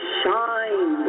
shine